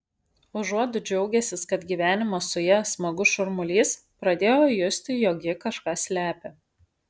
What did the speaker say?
užuot džiaugęsis kad gyvenimas su ja smagus šurmulys pradėjo justi jog ji kažką slepia